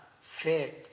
faith